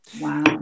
Wow